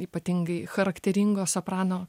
ypatingai charakteringo soprano